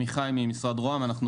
אני ממשרד ראש הממשלה.